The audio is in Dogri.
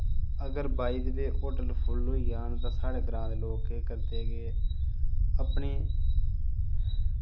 अगर by the way hotel full होई जान तां साढ़े ग्रां दे लोक केह् करदे कि अपने